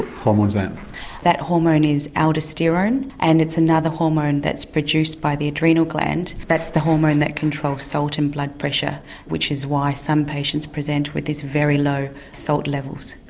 hormone is that? that hormone is aldosterone and it's another hormone that's produced by the adrenal gland, that's the hormone that controls salt and blood pressure which is why some patients present with these very low salt levels.